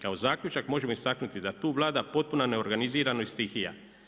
Kao zaključak možemo istaknuti da tu vlada potpuna neorganiziranost i stihija.